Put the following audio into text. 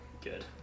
good